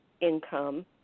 income